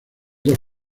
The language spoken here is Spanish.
dos